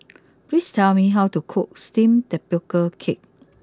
please tell me how to cook Steamed Tapioca Cake